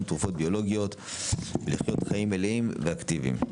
תרופות ביולוגיות ולחיות חיים מלאים ואקטיביים.